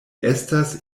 estas